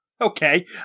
Okay